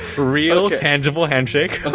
real tangible handshake and